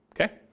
Okay